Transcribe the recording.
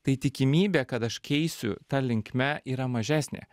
tai tikimybė kad aš keisiu ta linkme yra mažesnė